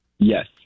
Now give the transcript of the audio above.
Yes